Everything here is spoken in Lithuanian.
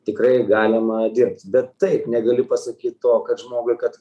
tikrai galima dirbt bet taip negaliu pasakyt to kad žmogui kad